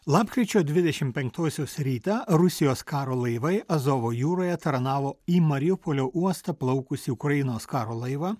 lapkričio dvidešimt penktosios rytą rusijos karo laivai azovo jūroje taranavo į mariupolio uostą plaukusį ukrainos karo laivą